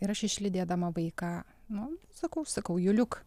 ir aš išlydėdama vaiką nu sakau sakau juliuk